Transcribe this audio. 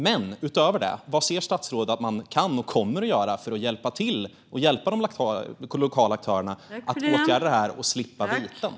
Men vad, utöver detta, ser statsrådet att man kan och kommer att göra för att hjälpa de lokala aktörerna att åtgärda bristerna och slippa viten?